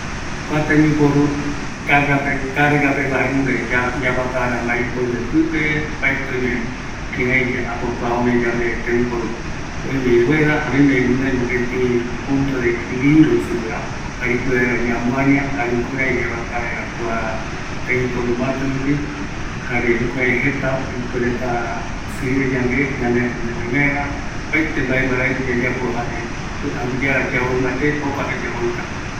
Kua tembiporu carretilla, jae ikavigueva, yandemborɨ yaroata vaera mbae ipoɨ gue, öime irrueda, jaeramo yavaia ojɨrɨrɨ yandeve ñamuaña yave